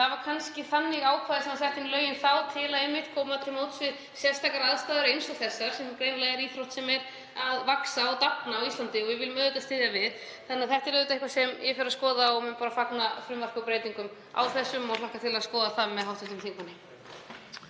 Það var kannski þannig ákvæði sem var sett inn í lögin þá einmitt til að koma til móts við sérstakar aðstæður eins og þessar. Bogfimi er greinilega íþrótt sem er að vaxa og dafna á Íslandi og við viljum auðvitað styðja við hana. Þetta er því eitthvað sem ég fer að skoða og mun bara fagna frumvarpi og breytingum á þessu og hlakka til að skoða það með hv. þingmanni.